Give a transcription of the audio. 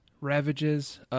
Ravages